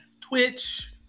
Twitch